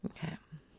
Okay